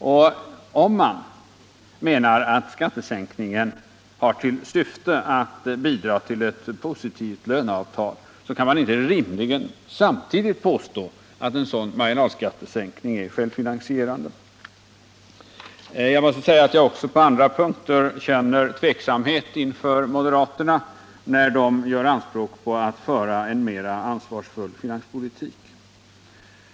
Om man menar att skattesänkningen har till syfte att bidra till ett positivt löneavtal, kan man inte rimligen samtidigt påstå att en sådan marginalskattesänkning är självfinansierad. Jag måste säga att jag också på andra punkter känt tveksamhet inför moderaterna när de gör anspråk på att föra en mer ansvarsfull finanspolitik.